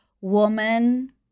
woman